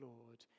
Lord